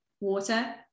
water